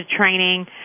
training